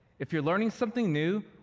if you're learning something new,